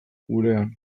gurean